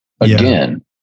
again